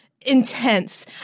intense